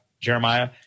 Jeremiah